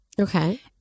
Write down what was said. Okay